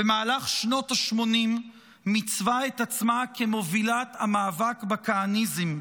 במהלך שנות השמונים מיצבה את עצמה כמובילת המאבק בכהניזם,